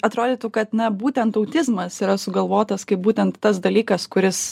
atrodytų kad na būtent autizmas yra sugalvotas kaip būtent tas dalykas kuris